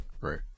right